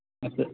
சரி